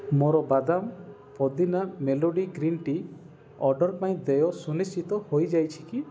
ମୋର ବାଦାମ ପୋଦିନା ମେଲୋଡ଼ି ଗ୍ରୀନ୍ ଟି ଅର୍ଡ଼ର୍ ପାଇଁ ଦେୟ ସୁନିଶ୍ଚିତ ହେଇଯାଇଛି କି